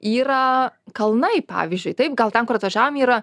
yra kalnai pavyzdžiui taip gal ten kur atvažiavom yra